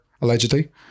allegedly